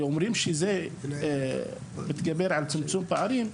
ואומרים שזה מתגבר על צמצום פערים?